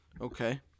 Okay